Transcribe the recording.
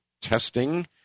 testing